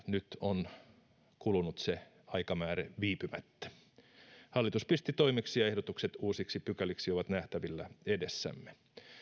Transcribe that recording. nyt on kulunut se aikamääre viipymättä hallitus pisti toimeksi ja ehdotukset uusiksi pykäliksi ovat nähtävillä edessämme